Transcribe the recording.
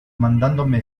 mandándome